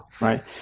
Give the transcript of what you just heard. right